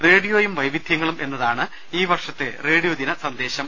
റേഡിയോയും വൈവിധ്യങ്ങളും എന്നതാണ് ഈ വർഷത്തെ റേഡിയോ ദിന സന്ദേശം